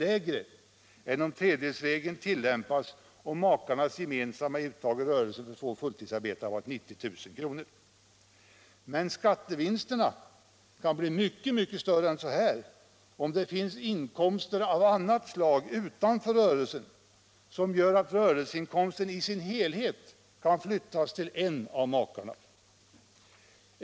lägre än om tredjedelsregeln tillämpats och makarnas gemensamma uttag ur rörelsen för två fulltidsarbetande hade varit 90 000 kr. Men skattevinsterna kan bli mycket större än så om det finns inkomster av annat slag utanför rörelsen, som gör att rörelseinkomsten i sin helhet kan flyttas till en av makarna.